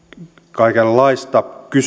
kaikenlaista